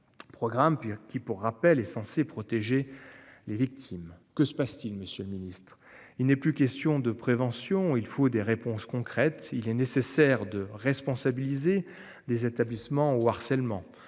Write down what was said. Pierre qui pour rappel est censé protéger les victimes, que se passe-t-il. Monsieur le Ministre. Il n'est plus question de prévention, il faut des réponses concrètes. Il est nécessaire de responsabiliser des établissements ou harcèlement.